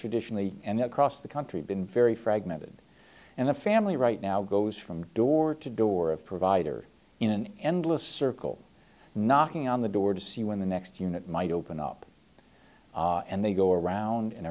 traditionally and across the country been very fragmented and the family right now goes from door to door of provider in an endless circle knocking on the door to see when the next unit might open up and they go around and